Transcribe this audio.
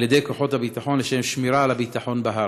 ידי כוחות הביטחון לשם שמירה על הביטחון בהר.